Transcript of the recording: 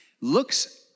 looks